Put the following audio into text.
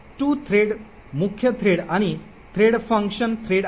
2 thread मुख्य thread आणि threadfunc thread आहे